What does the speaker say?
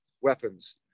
weapons